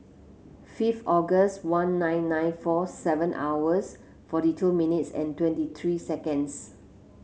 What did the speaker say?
fifth August one nine nine four seven hours forty two minutes and twenty three seconds